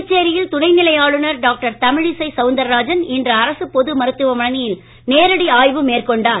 புதுச்சேரியில் துணைநிலை ஆளுநர் டாக்டர் தமிழிசை சவுந்தரராஜன் இன்று அரசுப் பொது மருத்துவமனையில் நேரடி ஆய்வு மேற்கொண்டார்